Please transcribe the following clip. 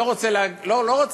לא רוצה,